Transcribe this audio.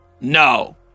No